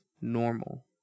normal